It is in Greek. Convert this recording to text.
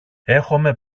έχομε